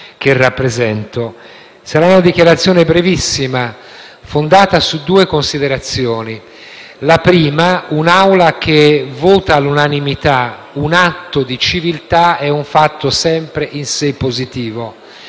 Sarà una dichiarazione brevissima, fondata su tre considerazioni. La prima: un'Assemblea che vota all'unanimità un atto di civiltà è un fatto sempre in sé positivo.